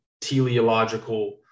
teleological